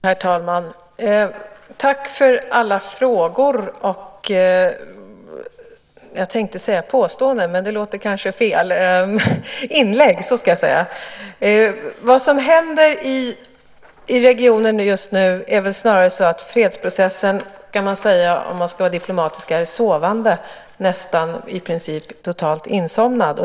Herr talman! Tack för alla frågor och påståenden, tänkte jag säga, men det kanske låter fel. Inlägg, ska jag säga. Vad som händer i regionen just nu är väl snarast att fredsprocessen, om man ska vara diplomatisk, är sovande, i princip nästan totalt insomnad.